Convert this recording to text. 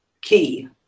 key